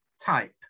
type